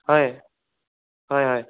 হয় হয় হয়